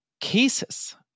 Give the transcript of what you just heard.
cases